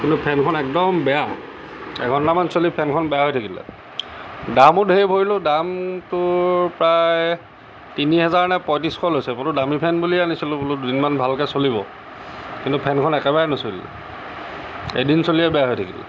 কিন্তু ফেনখন একদম বেয়া এঘণ্টামান চলি ফেনখন বেয়া হৈ থাকিলে দামো ধেৰ ভৰিলোঁ দাম তোৰ প্ৰায় তিনিহেজাৰ নে পঁয়ত্ৰিছশ লৈছে বোলো দামী ফেন বুলিয়ে আনিছিলোঁ বোলো দুদিনমান ভালকৈ চলিব কিন্তু ফেনখন একেবাৰে নচলিলে এদিন চলি আৰু বেয়া হৈ থাকিলে